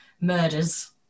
murders